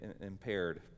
impaired